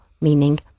meaning